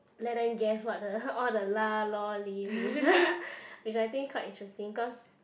let them guess what the all the lah loh leh means which I think quite interesting cause